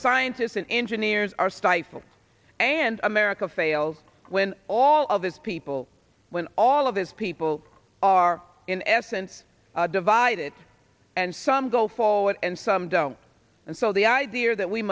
scientists and engineers are stifled and america fails when all of these people when all of this people are in essence divided and some go forward and some don't and so the idea that we